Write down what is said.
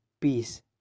peace